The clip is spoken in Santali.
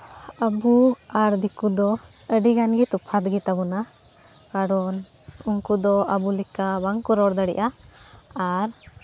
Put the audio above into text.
ᱟᱵᱚ ᱟᱨ ᱫᱤᱠᱩ ᱫᱚ ᱟᱹᱰᱤ ᱜᱟᱱ ᱜᱮ ᱛᱚᱯᱷᱟᱛ ᱜᱮᱛᱟᱵᱚᱱᱟ ᱠᱟᱨᱚᱱ ᱩᱱᱠᱩ ᱫᱚ ᱟᱵᱚ ᱞᱮᱠᱟ ᱵᱟᱝ ᱠᱚ ᱨᱚᱲ ᱫᱟᱲᱮᱭᱟᱜᱼᱟ ᱟᱨ